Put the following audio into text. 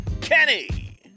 Kenny